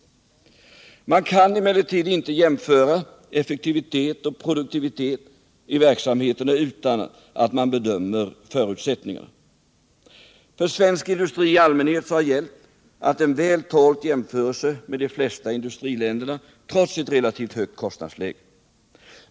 Man kan emellertid inte jämföra effektivitet och produktivitet i verksamheterna utan att bedöma förutsättningarna. För svensk industri i allmänhet har gällt att den väl tålt jämförelser med företagen i de flesta industriländerna, trots relativt högt kostnadsläge.